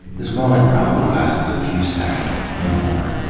this moment probably lasts a few seconds, no more,